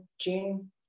June